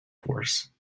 force